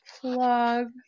plug